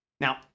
Now